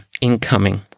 incoming